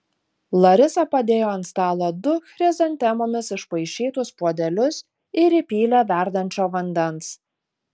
larisa padėjo ant stalo du chrizantemomis išpaišytus puodelius ir įpylė verdančio vandens